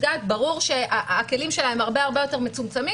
ברור שהכלים שלה הם הרבה הרבה יותר מצומצמים,